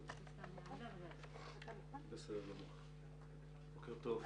בוקר טוב.